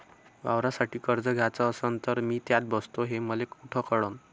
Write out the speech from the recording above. वावरासाठी कर्ज घ्याचं असन तर मी त्यात बसतो हे मले कुठ कळन?